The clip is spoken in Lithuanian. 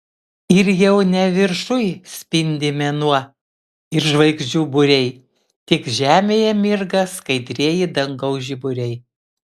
ir jau ne viršuj spindi mėnuo ir žvaigždžių būriai tik žemėje mirga skaidrieji dangaus žiburiai